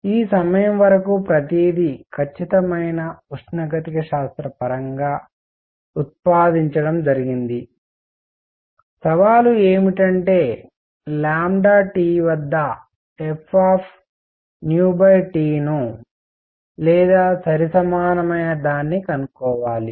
ఈ సమయం వరకు ప్రతిదీ ఖచ్చితమైన ఉష్ణగతికశాస్త్ర పరంగా ఉత్పాదించడం జరిగింది సవాలు ఏమిటంటే T వద్ద f ను లేదా సరిసమానమైనదాన్ని కనుక్కోవాలి